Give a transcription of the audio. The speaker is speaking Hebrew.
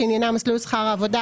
שעניינה מסלול שכר עבודה,